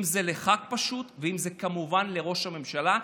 אם זה לח"כ פשוט ואם זה כמובן לראש הממשלה,